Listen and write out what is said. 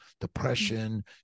depression